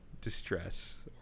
distress